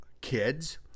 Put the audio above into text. kids